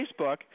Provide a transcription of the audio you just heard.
Facebook